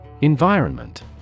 Environment